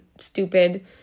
stupid